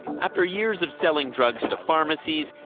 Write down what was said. after years of selling drugs to pharmacies,